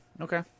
Okay